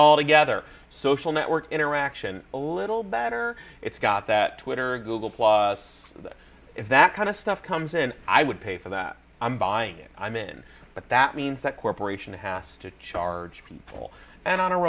all together social network interaction a little better it's got that twitter google plus if that kind of stuff comes in i would pay for that i'm buying it i'm in but that means that corporation has to charge people and on a